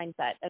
mindset